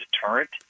deterrent